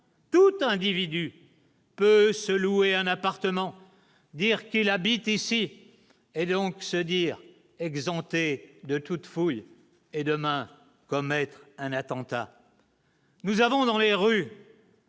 Tout individu peut se louer un appartement, dire qu'il habite ici et donc se dire exemptée de toute fouille et demain commettre un attentat. Nous avons dans les rues.